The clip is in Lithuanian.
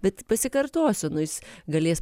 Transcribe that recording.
bet pasikartosiu nu jis galės